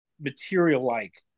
material-like